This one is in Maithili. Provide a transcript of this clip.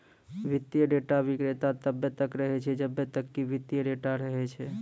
वित्तीय डेटा विक्रेता तब्बे तक रहै छै जब्बे तक कि वित्तीय डेटा रहै छै